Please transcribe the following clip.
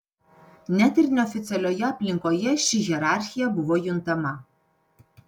net ir neoficialioje aplinkoje ši hierarchija buvo juntama